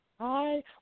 Hi